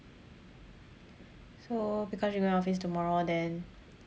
so because she going office tomorrow then